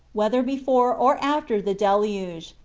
whether before or after the deluge,